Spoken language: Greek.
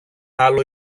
άλλο